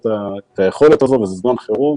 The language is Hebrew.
בזמן החירום,